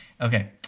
Okay